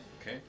Okay